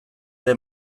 ere